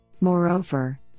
Moreover